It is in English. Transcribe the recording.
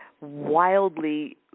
wildly